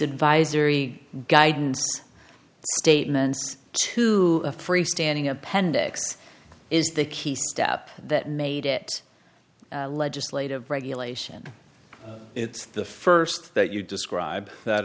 advisory guidance statements to a freestanding appendix is the key step that made it legislative regulation it's the first that you describe that